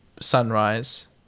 Sunrise